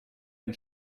ein